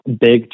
big